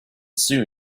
soon